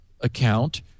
account